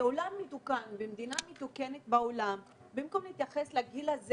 בעולם מתוקן ובמדינה מתוקנת מתייחסים לדור הזה